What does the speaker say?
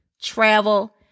travel